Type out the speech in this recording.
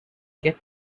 get